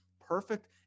perfect